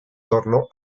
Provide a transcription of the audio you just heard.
torno